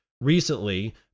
recently